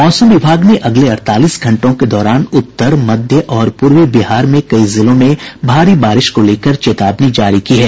मौसम विभाग ने अगले अड़तालीस घंटों के दौरान उत्तर मध्य और पूर्वी बिहार के कई जिलों में भारी बारिश को लेकर चेतावनी जारी की है